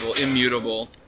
immutable